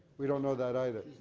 we don't know that either.